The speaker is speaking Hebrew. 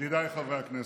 ידידיי חברי הכנסת,